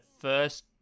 first